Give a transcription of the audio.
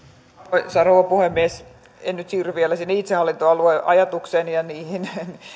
arvoisa rouva puhemies en nyt siirry vielä sinne itsehallintoalueajatukseeni ja niihin